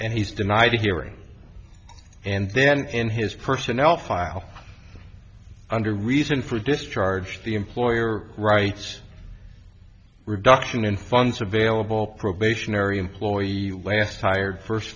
and he's denied a hearing and then in his personnel file under reason for discharge the employer writes reduction in funds available probationary employee last hired first